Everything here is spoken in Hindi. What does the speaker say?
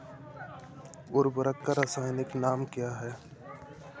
उर्वरक का रासायनिक नाम क्या है?